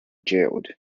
jailed